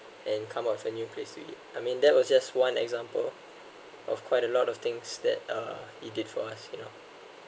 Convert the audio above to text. and come up with a new place to eat I mean that was just one example of quite a lot of things that uh he did for us you know